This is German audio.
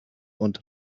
und